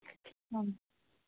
ᱚ